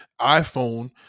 iPhone